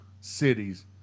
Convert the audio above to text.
cities